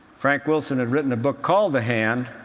frank wilson had written a book called the hand.